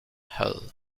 hull